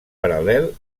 paral·lel